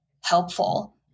helpful